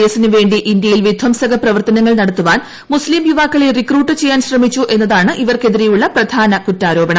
എസിന് വേണ്ടി ഇന്ത്യയിൽ വിധംസക പ്രവർത്തനങ്ങൾ നടത്തുവാൻ മുസ്തീം യുവാക്കളെ റിക്രൂട്ട് ചെയ്യാൻ ശ്രമിച്ചു എന്നതാണ് ഇവർക്കെതിരെയുള്ള പ്രധാന കുറ്റാരോപണം